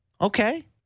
Okay